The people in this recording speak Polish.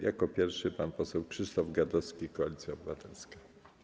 Jako pierwszy pan poseł Krzysztof Gadowski, Koalicja Obywatelska.